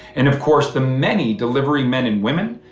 and of course, the many delivery men and women.